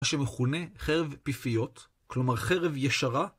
מה שמכונה חרב פיפיות, כלומר חרב ישרה...